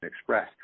Express